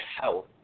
health